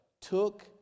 took